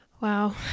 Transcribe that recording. Wow